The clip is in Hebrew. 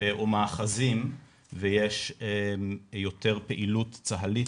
או מאחזים ויש יותר פעילות צה"לית,